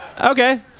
Okay